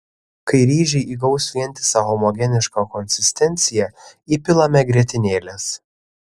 kai ryžiai įgaus vientisą homogenišką konsistenciją įpilame grietinėlės